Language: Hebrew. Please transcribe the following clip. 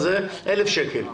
1,000 שקל.